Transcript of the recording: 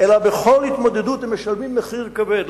אלא שבכל התמודדות הם משלמים מחיר כבד.